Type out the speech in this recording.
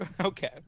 Okay